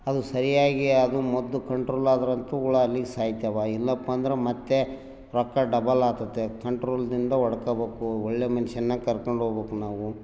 ಅದು ಸರಿಯಾಗಿ ಅದು ಮದ್ದು ಕಂಟ್ರೋಲ್ ಆದ್ರಂತು ಹುಳ ಅಲ್ಲಿಗೆ ಸಾಯ್ತವೆ ಇಲ್ಲಪ್ಪಾ ಅಂದ್ರೆ ಮತ್ತು ರೊಕ್ಕ ಡಬಲ್ ಆಗ್ತದೆ ಕಂಟ್ರೋಲ್ದಿಂದ ಹೊಡ್ಕಬಕು ಒಳ್ಳೆ ಮನುಷ್ಯನ್ನ ಕರ್ಕೊಂಡು ಹೋಗ್ಬಕ್ ನಾವು